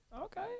okay